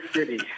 City